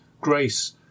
grace